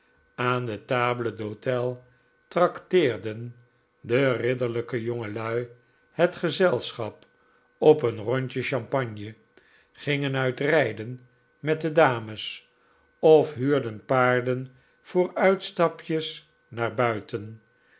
aan de table d'hote trakteerden de ridderlijke jongelui het gezelschap op een rondje champagne gingen uit rijden met de dames of huurden paarden voor uitstapjes naar buiten